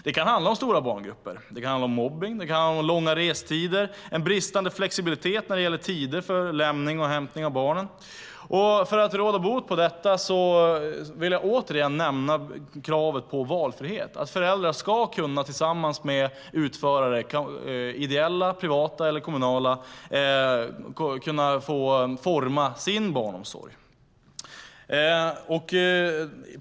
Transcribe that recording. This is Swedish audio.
Det kan gälla stora barngrupper, mobbning, långa restider eller bristande flexibilitet när det gäller tider för lämning och hämtning av barnen. En lösning på det kan vara valfrihet. Föräldrar ska kunna få forma sin barnomsorg tillsammans med utförare - ideella, privata eller kommunala.